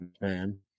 man